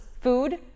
food